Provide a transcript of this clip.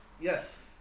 Yes